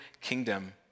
kingdom